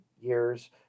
years